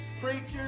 preachers